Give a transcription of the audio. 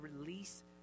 release